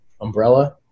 umbrella